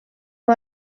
uwo